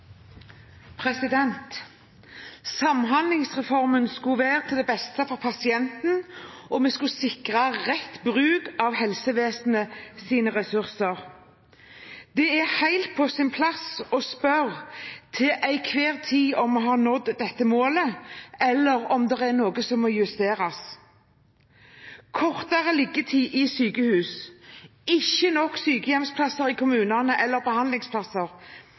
Samhandlingsreformen skulle være til beste for pasienten, og vi skulle sikre rett bruk av helsevesenets ressurser. Det er helt på sin plass til enhver tid å spørre om vi har nådd dette målet eller om det er noe som må justeres. Kortere liggetid i sykehus, ikke nok sykehjemsplasser eller behandlingsplasser i kommunene